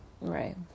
Right